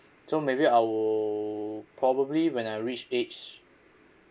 so maybe I will probably when I reach age